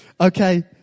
Okay